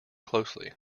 closely